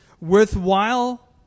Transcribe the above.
worthwhile